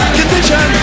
condition